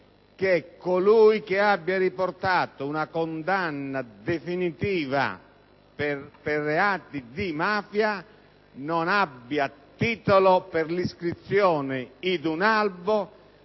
che colui che abbia riportato una condanna definitiva per reati di mafia non abbia titolo per l'iscrizione in un albo